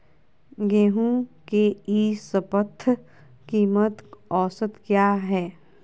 गेंहू के ई शपथ कीमत औसत क्या है?